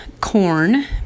corn